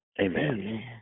Amen